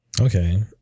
okay